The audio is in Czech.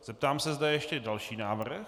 Zeptám se, zda je ještě další návrh.